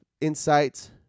insights